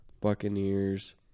Buccaneers